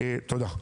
תודה.